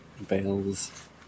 bells